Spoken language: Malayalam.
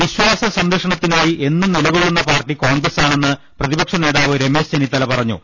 വിശ്വാസ സംരക്ഷണത്തിനായി എന്നും നിലകൊള്ളുന്ന പാർട്ടി കോൺഗ്രസാണെന്ന് പ്രതിപക്ഷ നേതാവ് രമേശ് ചെന്നി ത്തല പറഞ്ഞു